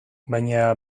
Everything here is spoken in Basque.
baina